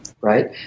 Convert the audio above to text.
right